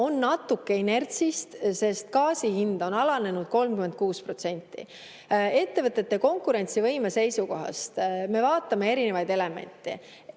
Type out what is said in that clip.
on natuke inertsist, sest gaasi hind on alanenud 36%. Ettevõtete konkurentsivõime seisukohast me vaatame erinevaid elemente.